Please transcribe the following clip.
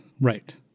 Right